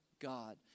God